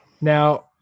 Now